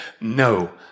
No